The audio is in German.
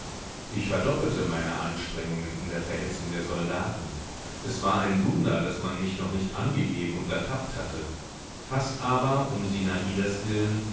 ich verdoppelte meine anstrengungen in der verhetzung der soldaten es war ein wunder daß man mich noch nicht angegeben und ertappt hatte fast aber um sinadas willen